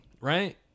Right